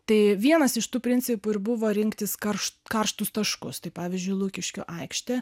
tai vienas iš tų principų ir buvo rinktis karšto karštus taškus tai pavyzdžiui lukiškių aikštė